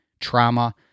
trauma